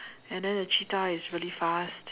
and then the cheetah is really fast